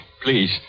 Please